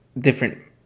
different